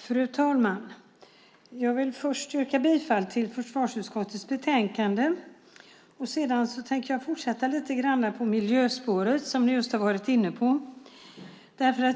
Fru talman! Jag vill först yrka bifall till utskottets förslag i försvarsutskottets betänkande. Sedan tänker jag fortsätta lite grann på miljöspåret som vi just har varit inne på.